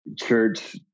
church